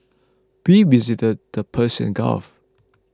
we visited the Persian Gulf